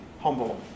Humble